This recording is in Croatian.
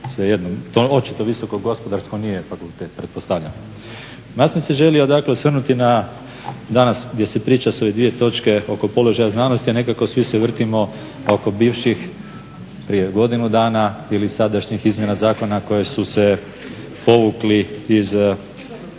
Svejedno. To očito visoko gospodarsko nije fakultet, pretpostavljam. Pa ja sam se želio dakle, osvrnuti na danas gdje se priča sa ove dvije točke oko položaja znanosti. Nekako svi se vrtimo oko bivših prije godinu dana ili sadašnjih izmjena zakona koje su se povukli iz,